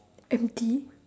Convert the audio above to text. empty